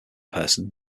person